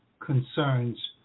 Concerns